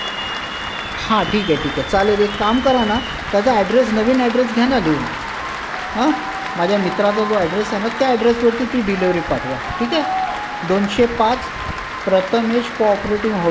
हां ठीके ठीके चालेल एक काम करा ना त्याचा ॲड्रेस नवीन ॲड्रेस घ्या ना देऊन ह माझ्या मित्राचा जो ॲड्रेस आहे ना त्या ॲड्रेसवरती ती डिलेवरी पाठवा ठीक आहे दोनशे पाच प्रथमेश कोऑपरेटिव्ह हाऊसिंग सोसायटी